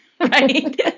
Right